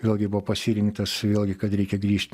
vėlgi buvo pasirinktas vėlgi kad reikia grįžt